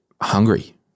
hungry